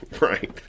Right